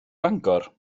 fangor